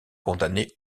condamnée